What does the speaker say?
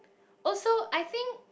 also I think